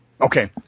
Okay